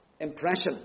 impression